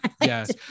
Yes